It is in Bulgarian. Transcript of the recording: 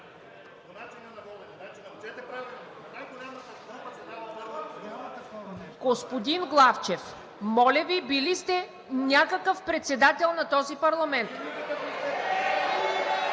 Господин Главчев, моля Ви, били сте някакъв председател на този парламент.